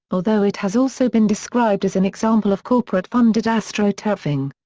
although it has also been described as an example of corporate-funded astroturfing.